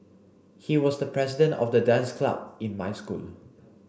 he was the president of the dance club in my school